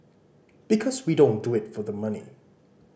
because we don't do it for the money